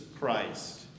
Christ